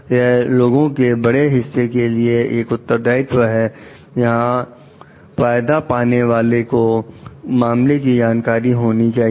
यह लोगों के बड़े हिस्से के लिए एक उत्तरदायित्व है यहां फायदा पाने वालों को मामले की जानकारी होनी चाहिए